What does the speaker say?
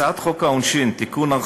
הצעת חוק העונשין (תיקון,